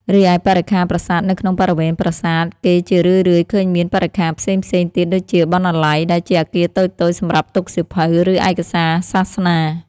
រីឯបរិក្ខារប្រាសាទនៅក្នុងបរិវេណប្រាសាទ គេជារឿយៗឃើញមាន បរិក្ខារ ផ្សេងៗទៀតដូចជា បណ្ណាល័យ (ដែលជាអគារតូចៗសម្រាប់ទុកសៀវភៅ ឬឯកសារសាសនា)។